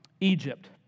Egypt